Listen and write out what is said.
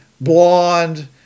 blonde